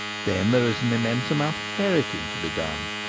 then there is an immense amount of ferreting to be done,